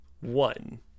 one